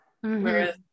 whereas